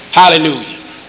hallelujah